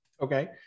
Okay